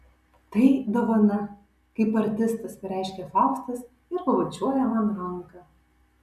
tai dovana kaip artistas pareiškia faustas ir pabučiuoja man ranką